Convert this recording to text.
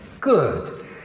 Good